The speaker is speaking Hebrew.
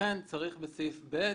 לכן צריך בסעיף (ב)